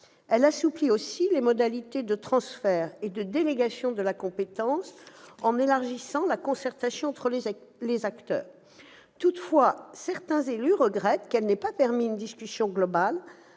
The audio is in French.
Elle assouplit aussi les modalités de transfert et de délégation de la compétence en élargissant la concertation entre les acteurs. Toutefois, certains élus regrettent qu'elle ne permette pas une discussion globale,